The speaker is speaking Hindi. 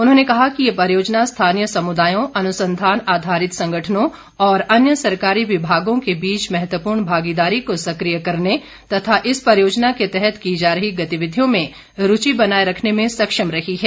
उन्होंने कहा कि ये परियोजना स्थानीय समुदायों अनुंसधान आधारित संगठनों और अन्य सरकारी विभागों के बीच महत्वपूर्ण भागीदारी को सक्रिय करने तथा इस परियोजना के तहत की जा रही गतिविधियों में रूचि बनाए रखने में सक्षम रही है